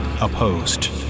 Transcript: opposed